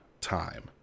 time